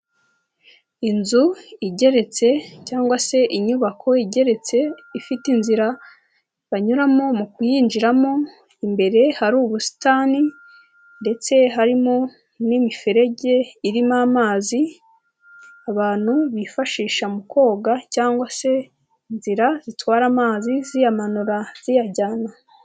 Inzu igeretse cyangwa se inyubako igeretse, ifite inzira banyuramo mu kuyinjiramo, imbere hari ubusitani ndetse harimo n'imiferege irimo amazi, abantu bifashisha mu koga cyangwa se inzira zitwara amazi, ziyamanura ziyajyana.